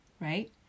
right